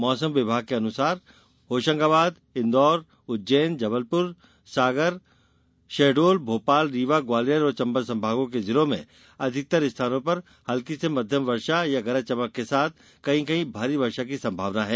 मौसम विभाग के अनुसार होशंगाबाद इंदौर उज्जैन जबलपुर सागर शहडोल भोपाल रीवा ग्वालियर और चंबल संभागों के जिलों में अधिकतर स्थानों पर हल्की से माध्यम वर्षा या गरज चमक के साथ कहीं कहीं भारी वर्षा की संभावना है